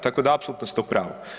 Tako da apsolutno ste u pravu.